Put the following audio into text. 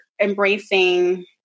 Embracing